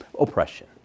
oppression